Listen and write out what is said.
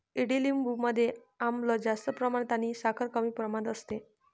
ईडलिंबू मध्ये आम्ल जास्त प्रमाणात आणि साखर कमी प्रमाणात असते